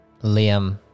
Liam